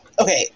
Okay